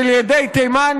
של ילדי תימן,